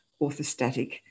orthostatic